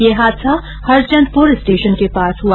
ये हादसा हरचन्दपुर स्टेशन के पास हुआ